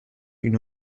une